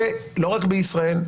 לא רק בישראל,